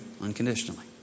unconditionally